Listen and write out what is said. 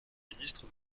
ministre